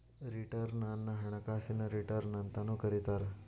return ಅನ್ನ ಹಣಕಾಸಿನ return ಅಂತಾನೂ ಕರಿತಾರ